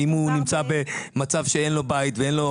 היא יודעת שאין לו רכב ואין לו